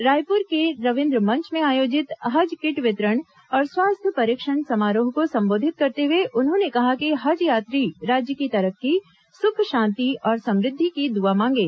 रायपुर के रविन्द्र मंच में आयोजित हज किट वितरण और स्वास्थ्य परीक्षण समारोह को संबोधित करते हुए उन्होंने कहा कि हज यात्री राज्य की तरक्की सुख शांति और समुद्धि की दुआं मांगे